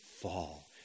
fall